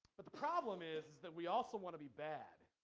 but the problem is that we also one of the back